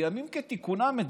בימים כתיקונם,